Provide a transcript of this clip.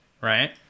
right